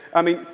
i mean,